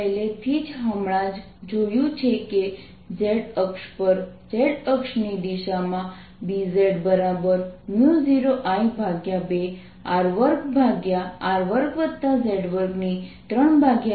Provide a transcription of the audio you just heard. પહેલેથી જ હમણાં જ જોયું છે કે z અક્ષ પર z અક્ષની દિશામાં Bz 0I2 R2R2z232છે